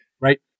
right